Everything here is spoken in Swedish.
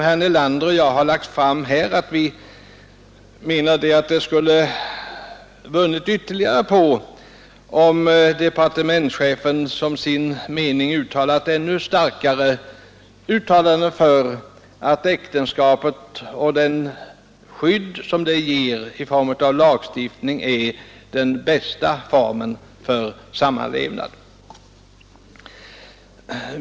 Herr Nelander och jag har lagt fram en motion, där vi säger att förslaget kanske skulle ha vunnit ytterligare på om statsrådet uttalat sig ännu starkare för att äktenskapet med det skydd som det ger i form av lagstiftning är den bästa formen för samlevnad.